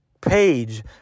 page